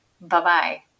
Bye-bye